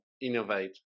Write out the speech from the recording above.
innovate